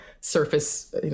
surface